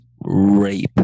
Rape